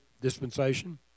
dispensation